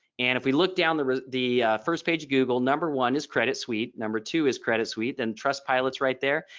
and if we look down the the first page google number one is credit suite. number two is credit suite and trust pilot's right there.